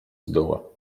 zdoła